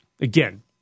again